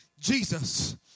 Jesus